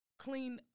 clean